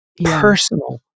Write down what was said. Personal